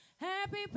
happy